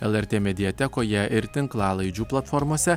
lrt mediatekoje ir tinklalaidžių platformose